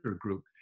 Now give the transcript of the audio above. group